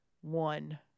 one